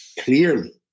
clearly